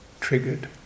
triggered